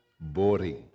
boring